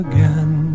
Again